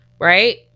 Right